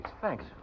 Thanks